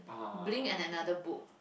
Blink and another book